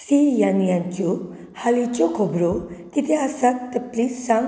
C N N च्यो हालींच्यो खबरो कितें आसात ते प्लीज सांग